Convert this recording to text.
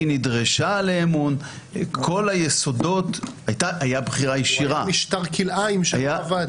היא נדרשה לאמון --- היה משטר כלאיים שלא עבד.